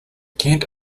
kent